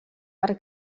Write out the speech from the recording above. per